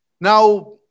Now